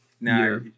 Now